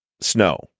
snow